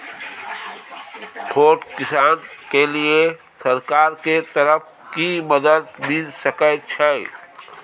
छोट किसान के लिए सरकार के तरफ कि मदद मिल सके छै?